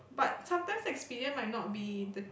but sometimes Expedia might not be the